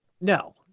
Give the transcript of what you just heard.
No